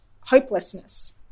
hopelessness